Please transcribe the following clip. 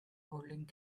holding